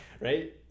right